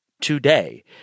today